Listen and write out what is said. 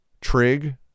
Trig